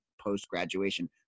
post-graduation